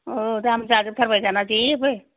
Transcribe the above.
ओ दाम जाजोबथारबाय दानिया जेबो